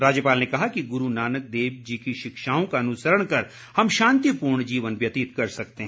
राज्यपाल ने कहा कि गुरू नानक देव जी की शिक्षाओं का अनुसरण कर हम शांतिपूर्ण जीवन व्यतीत कर सकते हैं